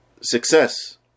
success